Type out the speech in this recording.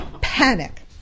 Panic